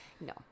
no